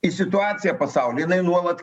į situaciją pasauly jinai nuolat